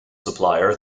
supplier